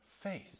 faith